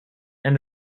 and